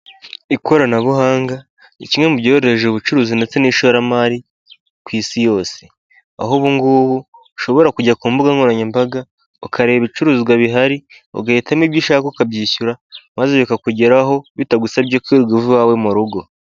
Ikoranabuhanga ni kimwe mu byorohereje ubucuruzi ndetse n'ishoramari ku isi yose, aho ubungubu ushobora kujya ku mbuga nkoranyambaga ukareba ibicuruzwa bihari ugahitamo ibyo ushaka ukabyishyura maze bikakugeraho bitagusabye kwirirwa uva iwawe mu rugo.